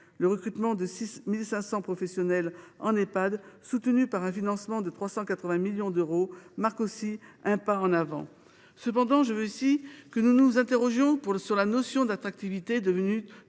Le recrutement de 6 500 professionnels en Ehpad, soutenu par un financement de 380 millions d’euros, constitue aussi un pas en avant. Cependant, je veux ici que nous nous interrogions sur la notion d’attractivité, devenue